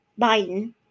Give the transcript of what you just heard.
Biden